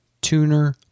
tuner